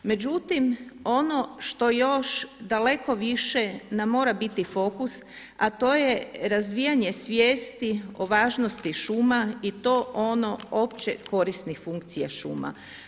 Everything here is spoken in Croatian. Međutim, ono što još daleko više nam mora biti fokus, a to je razvijanje svijesti o važnosti šuma i to ono opće korisnih funkcija šuma.